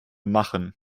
machen